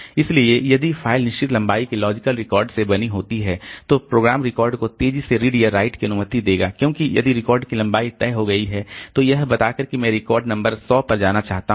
इसलिए यदि फ़ाइल निश्चित लंबाई के लॉजिकल रिकॉर्ड से बनी होती है जो प्रोग्राम रिकॉर्ड को तेजी से रीड या राइट की अनुमति देगा क्योंकि यदि रिकॉर्ड की लंबाई तय हो गई है तो यह बताकर कि मैं रिकॉर्ड नंबर 100 पर जाना चाहता हूं